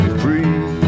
free